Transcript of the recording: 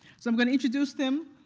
so going to introduce them,